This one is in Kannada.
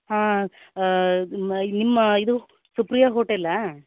ಹಾಂ ನಿಮ್ಮ ಇದು ಸುಪ್ರಿಯ ಹೋಟೇಲ್ಲಾ